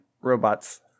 robots